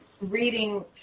reading